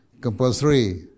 compulsory